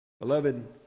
Beloved